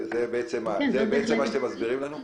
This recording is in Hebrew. זה בעצם מה שאתם מסבירים לנו?